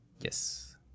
Yes